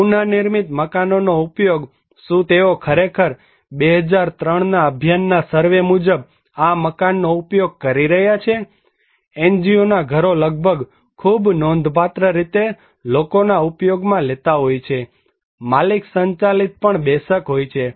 પુનનિર્મિત મકાનોનો ઉપયોગ શું તેઓ ખરેખર 2003ના અભિયાનના સર્વે મુજબ આ મકાનનો ઉપયોગ કરી રહ્યા છે NGOના ઘરો લગભગ ખૂબ નોંધપાત્ર રીતે લોકો ઉપયોગમાં લેતા હોય છે માલિક સંચાલિત પણ બેશક હોય છે